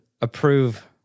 approve